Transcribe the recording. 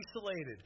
isolated